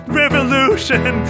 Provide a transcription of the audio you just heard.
revolution